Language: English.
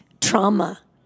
trauma